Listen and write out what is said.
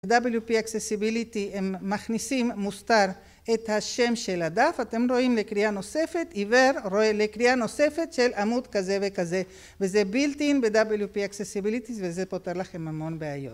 WP-Accessibility הם מכניסים מוסתר את השם של הדף, אתם רואים לקריאה נוספת, עיוור, רואה לקריאה נוספת של עמוד כזה וכזה, וזה בילטין ב-WP-Accessibility וזה פותר לכם המון בעיות.